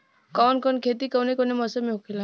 कवन कवन खेती कउने कउने मौसम में होखेला?